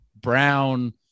Brown